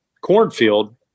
cornfield